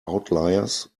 outliers